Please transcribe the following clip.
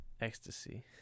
ecstasy